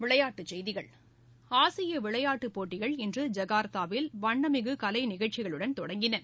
விளையாட்டுச் செய்திகள் ஆசிய விளையாட்டுப் போட்டிகள் இன்று ஜகார்த்தாவில் வண்ணமிகு கலைநிகழ்ச்சிகளுடன் தொடங்கியது